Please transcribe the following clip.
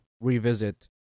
revisit